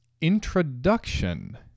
introduction